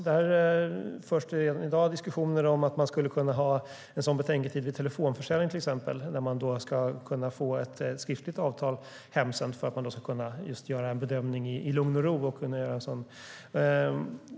Det förs redan i dag diskussioner om betänketid vid till exempel telefonförsäljning. Man ska då kunna få ett skriftligt avtal hemsänt för att man ska kunna göra en bedömning i lugn och ro.